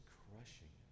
crushing